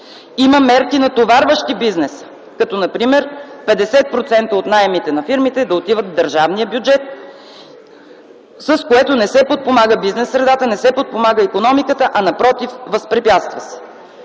Има мерки, натоварващи бизнеса, като например 50% от наемите на фирмите да отиват в държавния бюджет, с което не се подпомага бизнес средата, не се подпомага икономиката, а напротив, възпрепятства се.